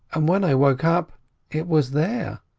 and when i woke up it was there.